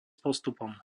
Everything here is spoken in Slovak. postupom